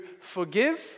forgive